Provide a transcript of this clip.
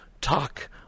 Talk